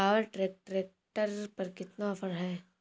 Power track tractor पर कितना offer है?